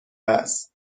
است